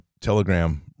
Telegram